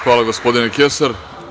Hvala, gospodine Kesar.